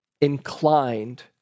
inclined